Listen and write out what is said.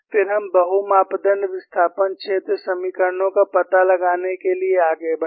फिर हम बहु मापदण्ड विस्थापन क्षेत्र समीकरणों का पता लगाने के लिए आगे बढ़े